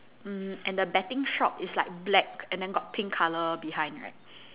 mm and the betting shop is like black and then got pink colour behind right